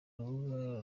rubuga